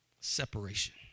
Separation